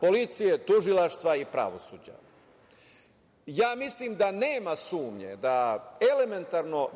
policije, tužilaštva i pravosuđa? Ja, mislim da nema sumnje da